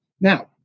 Now